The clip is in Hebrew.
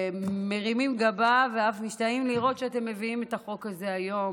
מרימים גבה ואף משתאים לראות שאתם מביאים את החוק הזה היום.